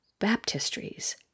baptistries